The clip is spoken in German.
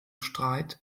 streit